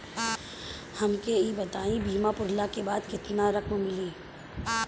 हमके ई बताईं बीमा पुरला के बाद केतना रकम मिली?